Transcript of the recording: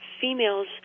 females